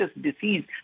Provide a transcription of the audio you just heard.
disease